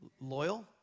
loyal